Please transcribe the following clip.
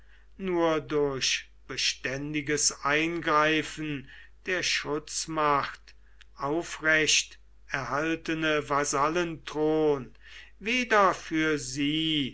nur durch beständiges eingreifen der schutzmacht aufrecht erhaltene vasallenthron weder für sie